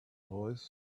voice